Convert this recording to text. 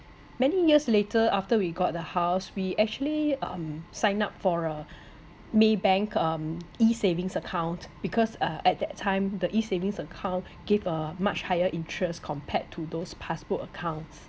many years later after we got the house we actually um sign up for a maybank um E savings account because uh at that time the E savings account gave a much higher interest compared to those passbook accounts